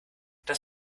das